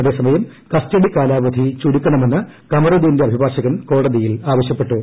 അതേസമയം കസ്റ്റഡി കാലാവധി ചുരുക്കണമെന്ന് കമറുദീന്റെ അഭിഭാഷകൻ കോടതിയിൽ ആവശ്യപ്പെട്ടു